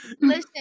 Listen